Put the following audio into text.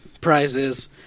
prizes